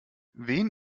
wen